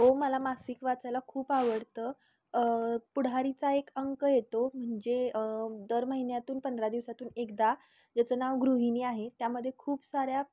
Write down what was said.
हो मला मासिक वाचायला खूप आवडतं पुढारीचा एक अंक येतो म्हणजे दर महिन्यातून पंधरा दिवसातून एकदा ज्याचं नाव गृहिणी आहे त्यामध्ये खूप साऱ्या